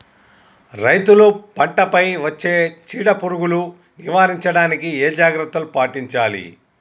రైతులు పంట పై వచ్చే చీడ పురుగులు నివారించడానికి ఏ జాగ్రత్తలు పాటించాలి?